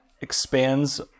Expands